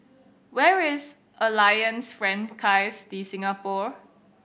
where is Alliance Francaise De Singapour